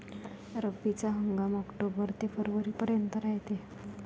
रब्बीचा हंगाम आक्टोबर ते फरवरीपर्यंत रायते